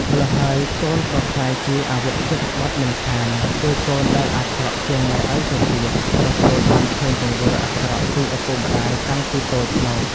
ម្ល៉ោះហើយ កូនក៏ក្លាយជា អវជាតបុត្ត មិនខានគឺកូនដែលអាក្រក់ជាងឪម៉ែទៅទៀត ព្រោះកូនបានឃើញទង្វើអាក្រក់ពីឱពុកម្តាយតាំងពីតូចមក ។